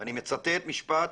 אני מצטט משפט